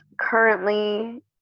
currently